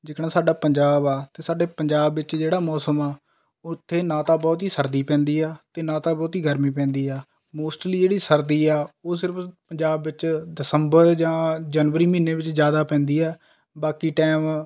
ਜਿੱਕਣਾ ਸਾਡਾ ਪੰਜਾਬ ਹੈ ਤਾਂ ਸਾਡੇ ਪੰਜਾਬ ਵਿੱਚ ਜਿਹੜਾ ਮੌਸਮ ਹੈ ਉੱਥੇ ਨਾ ਤਾਂ ਬਹੁਤ ਸਰਦੀ ਪੈਂਦੀ ਹੈ ਅਤੇ ਨਾ ਤਾਂ ਬਹੁਤ ਗਰਮੀ ਪੈਂਦੀ ਹੈ ਮੋਸਟਲੀ ਜਿਹੜੀ ਸਰਦੀ ਹੈ ਉਹ ਸਿਰਫ ਪੰਜਾਬ ਵਿੱਚ ਦਸੰਬਰ ਜਾਂ ਜਨਵਰੀ ਮਹੀਨੇ ਵਿੱਚ ਜ਼ਿਆਦਾ ਪੈਂਦੀ ਹੈ ਬਾਕੀ ਟਾਈਮ